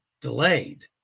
delayed